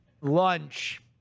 lunch